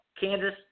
Kansas